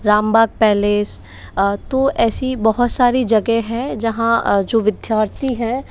Rambagh palace तो ऐसी बहुत सारी जगह हैं जहाँ जो विद्यार्थी हैं